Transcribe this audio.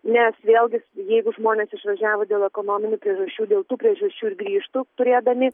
nes vėlgi jeigu žmonės išvažiavo dėl ekonominių priežasčių dėl tų priežasčių ir grįžtų turėdami